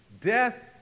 Death